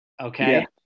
okay